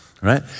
Right